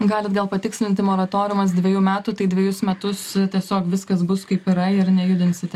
galit gal patikslinti moratoriumas dvejų metų tai dvejus metus tiesiog viskas bus kaip yra ir nejudinsite